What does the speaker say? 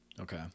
Okay